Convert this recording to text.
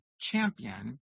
champion